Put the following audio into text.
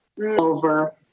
over